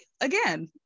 Again